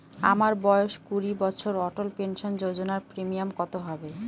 আমার বয়স কুড়ি বছর অটল পেনসন যোজনার প্রিমিয়াম কত হবে?